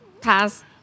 Pass